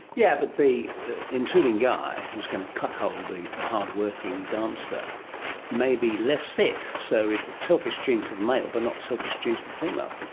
yeah but the intruding guy who's going to cuckold the the hardworking dancer may be less fit. so it's selfish genes for the male but not selfish genes for the female.